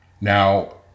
now